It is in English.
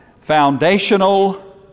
foundational